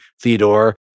Theodore